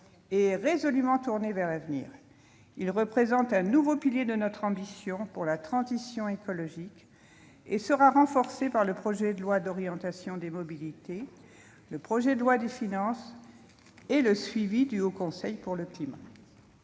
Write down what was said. et résolument tourné vers l'avenir. Il représente un nouveau pilier de notre ambition pour la transition écologique, et sera renforcé par le projet de loi d'orientation des mobilités, le projet de loi de finances et le suivi du Haut Conseil pour le climat.